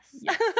Yes